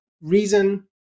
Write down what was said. Reason